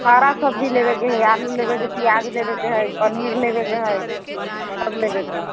हरा सब्जी लेबयके है आलू लेबयके है प्याज लेबयके है पनीर लेबयके है सब लेबयके है